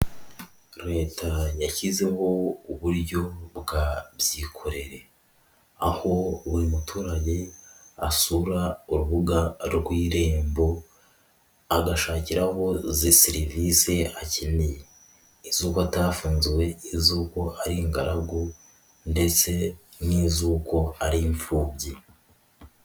Leta yashyizeho uburyo bwa byikorere, aho buri muturage asura urubuga rw'Irembo agashakira aho serivisi akeneye iz'uko atafunzwe, iz'uko ari ingaragu ndetse n'iz'uko ari imfubyi.